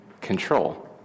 control